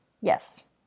Yes